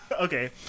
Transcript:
Okay